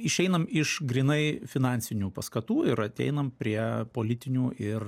išeinam iš grynai finansinių paskatų ir ateinam prie politinių ir